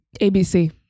ABC